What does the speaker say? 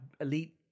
elite